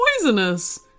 poisonous